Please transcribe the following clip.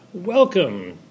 Welcome